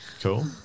Cool